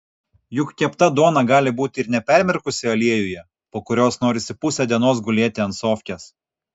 juk kepta duona gali būti ir nepermirkusi aliejuje po kurios norisi pusę dienos gulėti ant sofkės